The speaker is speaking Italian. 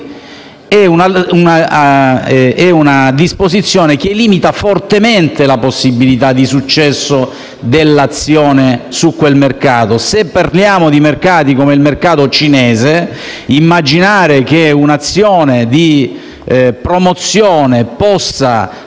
sui mercati esteri, limita fortemente la possibilità di successo dell'azione sui suddetti mercati. Se parliamo di mercati come quello cinese, immaginare che un'azione di promozione possa